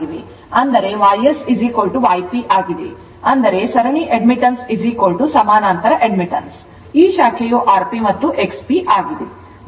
ಅಂದರೆ Y SY P ಅಂದರೆ ಸರಣಿ admittance ಸಮಾನಾಂತರ admittance ಮತ್ತು ಈ ಶಾಖೆಯು Rp ಮತ್ತು XP ಆಗಿದೆ